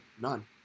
None